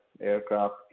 aircraft